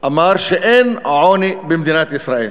אמר שאין עוני במדינת ישראל.